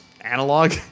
analog